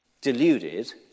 deluded